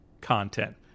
content